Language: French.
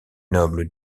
noble